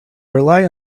rely